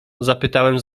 zapytałem